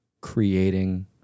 creating